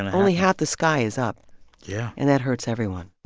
and only half the sky is up yeah and that hurts everyone